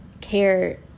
care